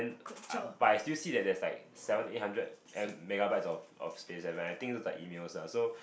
mm but I still see that there's like seven eight hundred M megabytes of of space eh but I think look like email lah so